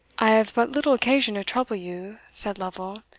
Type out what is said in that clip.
i have but little occasion to trouble you, said lovel.